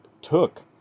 took